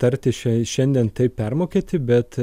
tarti šiai šiandien taip permokėti bet